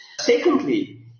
Secondly